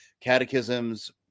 catechisms